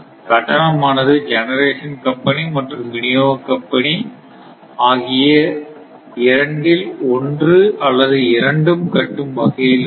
கட்டணம் ஆனது generation company மற்றும் விநியோக கம்பெனி ஆகிய இரொண்டில் ஒன்று அல்லது இரண்டும் கட்டும் வகையில் இருக்கும்